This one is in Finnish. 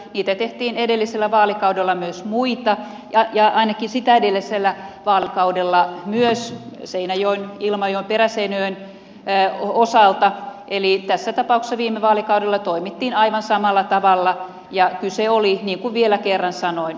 niitä tehtiin edellisellä vaalikaudella myös muita ja ainakin sitä edellisellä vaalikaudella myös seinäjoen ilmajoen ja peräseinäjoen osalta eli tässä tapauksessa viime vaalikaudella toimittiin aivan samalla tavalla ja kyse oli niin kuin vielä kerran sanoin osakuntaliitoksista